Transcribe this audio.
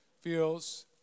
feels